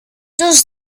does